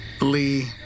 Lee